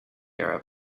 arab